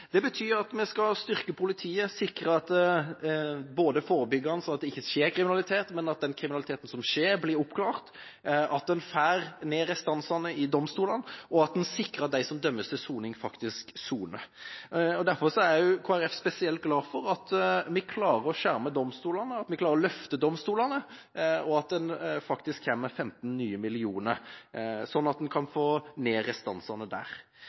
Det betyr at vi skal styrke politiet – sikre ved forebygging og at det ikke skjer kriminalitet, men at den kriminaliteten som skjer, blir oppklart – at en får ned restansene i domstolene, og at en sikrer at de som dømmes til soning, faktisk soner. Derfor er Kristelig Folkeparti spesielt glad for at vi klarer å skjerme domstolene, at vi klarer å løfte domstolene, og at en faktisk kommer med nye 15 mill. kr, slik at en kan få ned restansene der.